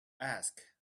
ask